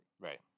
Right